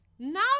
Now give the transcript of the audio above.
Now